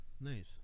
Nice